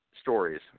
stories